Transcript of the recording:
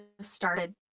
started